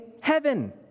heaven